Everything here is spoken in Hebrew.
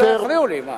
אם לא יפריעו לי.